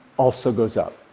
also goes up.